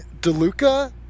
DeLuca